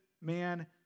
man